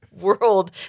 world